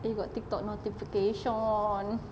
you got TikTok notification